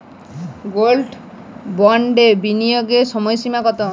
Gold বন্ডে বিনিয়োগের সময়সীমা কতো?